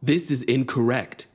this is incorrect